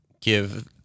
give